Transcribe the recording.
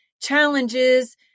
challenges